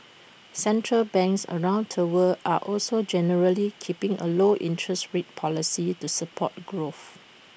central banks around the world are also generally keeping A low interest rate policy to support growth